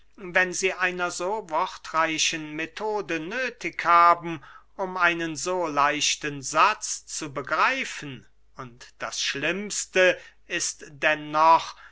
wenn sie einer so wortreichen methode nöthig haben um einen so leichten satz zu begreifen und das schlimmste ist